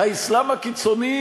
האסלאם הקיצוני